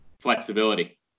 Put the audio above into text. Flexibility